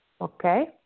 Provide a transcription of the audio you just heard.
okay